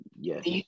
Yes